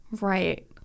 right